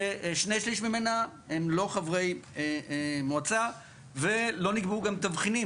ששני שליש ממנה הם לא חברי מועצה ולא נקבעו גם תבחינים,